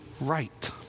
right